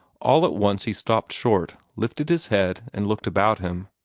all at once he stopped short, lifted his head, and looked about him.